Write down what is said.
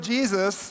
Jesus